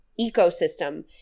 ecosystem